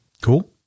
Cool